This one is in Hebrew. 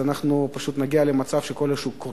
אנחנו פשוט נגיע למצב שכל השוק קורס.